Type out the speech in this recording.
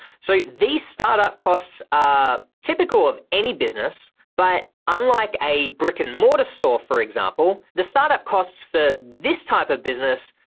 so these startup costs ah typical of any business but unlike a brick and mortar store, for example the startup costs for this type of business,